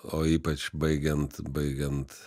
o ypač baigiant baigiant